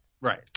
Right